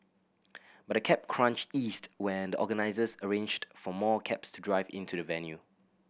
but the cab crunch eased when the organisers arranged for more cabs drive into the venue